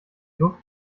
luft